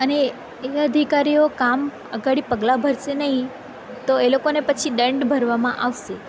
અને એ અધિકરીઓ કામ ઘડી પગલાં ભરશે નહીં તો એ લોકોને પછી દંડ ભરવામાં આવશે